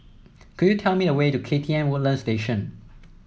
could you tell me the way to K T M Woodlands Station